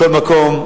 מכל מקום,